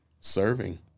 serving